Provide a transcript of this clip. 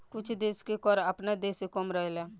कुछ देश के कर आपना देश से कम रहेला